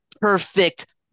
perfect